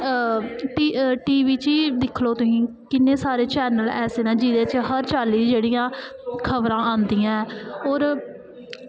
T V च ई दिक्खी लो तुसीं किन्ने सारे चैनल ऐसे न जेह्दे च हर चाल्ली दियां जेह्ड़ियां खबरां आंदियां ऐ होर